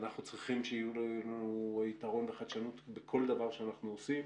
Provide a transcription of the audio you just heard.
אנחנו צריכים שיהיו לנו יתרון וחדשנות בכל דבר שאנחנו עושים,